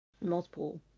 multiple